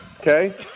okay